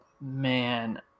man